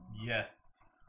Yes